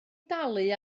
dalu